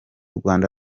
rwanda